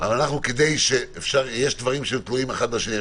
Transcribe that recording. יש דברים שתלויים אחד בשני.